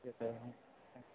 okay sir hmm thank you sir